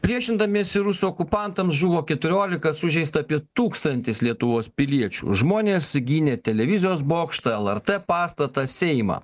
priešindamiesi rusų okupantams žuvo keturiolika sužeista apie tūkstantis lietuvos piliečių žmonės gynė televizijos bokštą lrt pastatą seimą